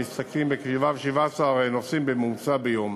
המסתכמים בכ-17 נוסעים בממוצע ביום,